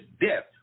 death